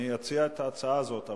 אני אציע את ההצעה הזאת,